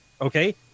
okay